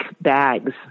bags